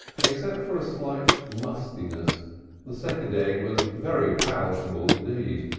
except for a slight mustiness the second egg was very palatable indeed.